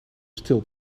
stil